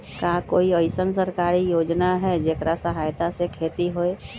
का कोई अईसन सरकारी योजना है जेकरा सहायता से खेती होय?